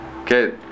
okay